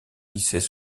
lycées